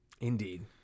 Indeed